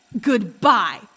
Goodbye